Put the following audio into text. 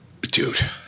dude